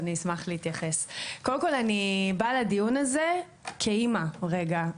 קודם כל אני באה לדיון הזה כאימא רגע,